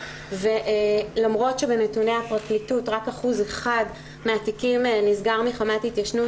ולמרות שבנתוני הפרקליטות רק אחוז אחד מהתיקים נסגר מחמת התיישנות,